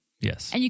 Yes